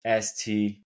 st